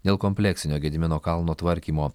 dėl kompleksinio gedimino kalno tvarkymo